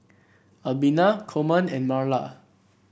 Albina Coleman and Marla